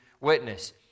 witness